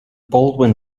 baldwin